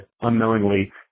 unknowingly